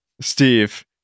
Steve